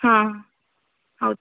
ಹಾಂ ಹೌ